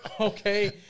Okay